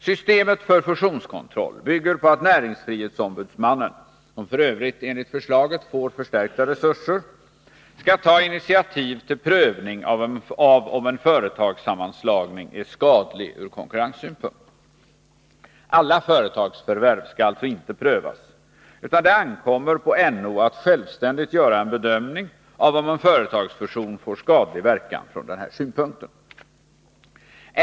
Systemet för fusionskontroll bygger på att näringsfrihetsombudsmannen, som för övrigt enligt förslaget får förstärkta resurser, skall ta initiativ till prövning av om en företagssammanslagning är skadlig ur konkurrenssynpunkt. Alla företagsförvärv skall alltså inte prövas, utan det ankommer på NO att självständigt göra en bedömning av om en företagsfusion får skadlig verkan från den här synpunkten.